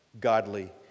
godly